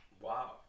Wow